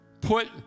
put